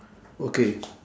okay